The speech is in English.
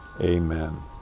amen